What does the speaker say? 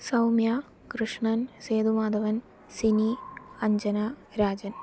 Soumya Krishnan Sethumadhavan Sini Anjana Rajan